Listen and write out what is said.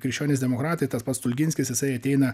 krikščionys demokratai tas pats stulginskis jisai ateina